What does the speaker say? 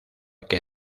que